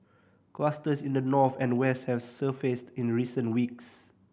clusters in the north and west have surfaced in recent weeks